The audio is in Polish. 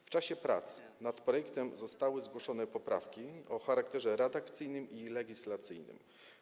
W czasie prac nad projektem zostały zgłoszone poprawki o charakterze redakcyjnym i legislacyjnym.